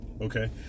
Okay